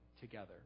together